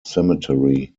cemetery